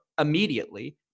immediately